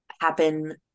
happen